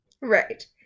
right